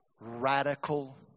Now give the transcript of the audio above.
Radical